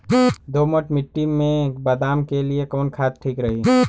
दोमट मिट्टी मे बादाम के लिए कवन खाद ठीक रही?